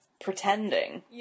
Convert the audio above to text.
pretending